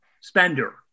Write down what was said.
spender